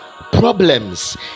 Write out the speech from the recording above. problems